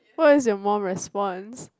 what is your mum response